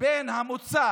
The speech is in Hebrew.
בין המוצא